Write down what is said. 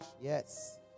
Yes